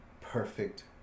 perfect